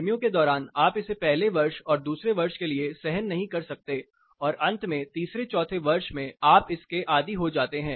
गर्मियों के दौरान आप इसे पहले वर्ष और दूसरे वर्ष के लिए सहन नहीं कर सकते और अंत में तीसरे चौथे वर्ष में आप इसके आदि हो जाते हैं